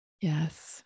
Yes